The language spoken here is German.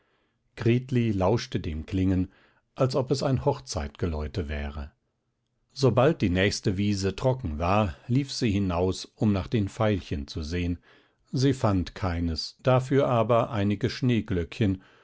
gritli lauschte dem klingen als ob es ein hochzeitgeläute wäre sobald die nächste wiese trocken war lief sie hinaus um nach den veilchen zu sehen sie fand keines dafür aber einige